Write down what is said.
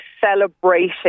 celebrating